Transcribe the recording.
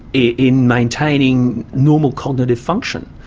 in maintaining normal cognitive function.